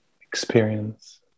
experience